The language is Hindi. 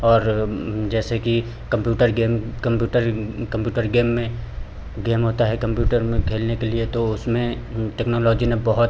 और जैसे कि computer game computer computer game में गेम होता है कंप्यूटर में खेलने के लिए तो उसमें टेक्नोलॉजी ने बहुत